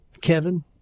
Kevin